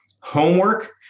homework